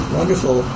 wonderful